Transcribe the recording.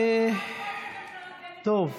או שרק ראש הממשלה בנט לוקח תנומות?